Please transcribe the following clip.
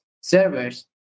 servers